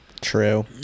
True